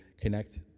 connect